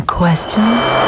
questions